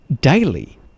daily